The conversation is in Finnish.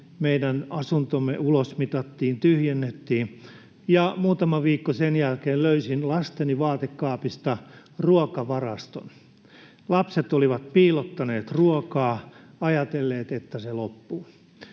Meidän asuntomme ulosmitattiin, tyhjennettiin, ja muutama viikko sen jälkeen löysin lasteni vaatekaapista ruokavaraston. Lapset olivat piilottaneet ruokaa, ajatelleet, että se loppuu.